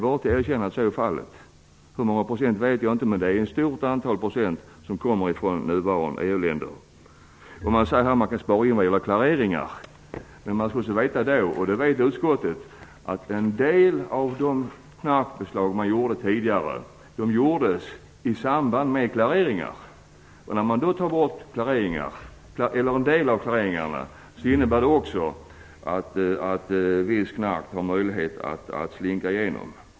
Jag vet inte hur många procent det rör sig om, men det är många procent som kommer från nuvarande EU-länder. Man säger att det går att spara in vad gäller klareringar. Då skall man också veta, och det vet utskottet, att en del av de knarkbeslag som gjordes tidigare gjordes i samband med klareringar. Om en del av klareringarna tas bort innebär det att knark har möjlighet att slinka igenom.